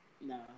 no